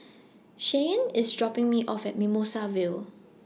Shyanne IS dropping Me off At Mimosa Vale